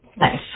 Nice